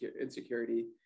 insecurity